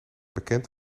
bekend